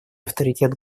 авторитет